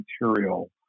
material